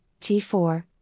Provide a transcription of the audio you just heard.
T4